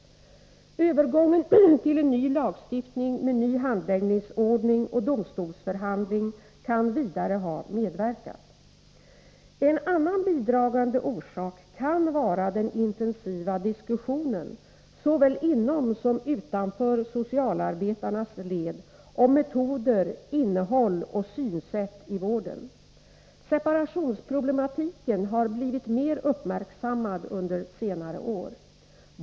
Övergången till en ny lagstiftning med ny handläggningsordning och domstolsförhandling kan vidare ha medverkat. En annan bidragande orsak kan vara den intensiva diskussionen — såväl inom som utanför socialarbetarnas led — om metoder, innehåll och synsätt i vården. Separationsproblematiken har blivit mer uppmärksammad under senare år.